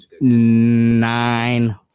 nine